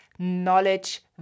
knowledge